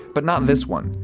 but not this one.